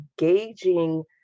engaging